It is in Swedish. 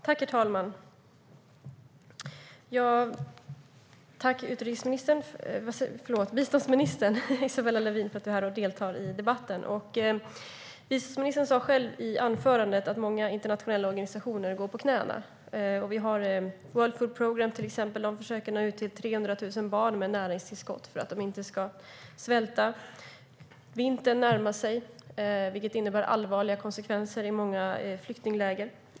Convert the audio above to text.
Herr talman! Jag vill tacka biståndsminister Isabella Lövin för att hon deltar i debatten. Biståndsministern sa i anförandet att många internationella organisationer går på knäna. Till exempel försöker World Food Programme nå ut med näringstillskott till 300 000 barn för att de inte ska svälta. Vintern närmar sig. Det innebär allvarliga konsekvenser i många flyktingläger.